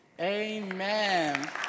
Amen